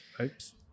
Oops